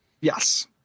Yes